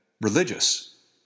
religious